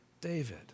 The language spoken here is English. David